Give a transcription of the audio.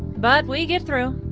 but we get through.